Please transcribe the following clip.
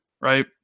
right